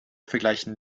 vergleichen